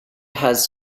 has